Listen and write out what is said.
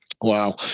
Wow